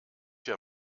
wir